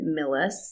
Millis